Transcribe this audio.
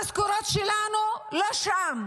המשכורות שלנו לא שם,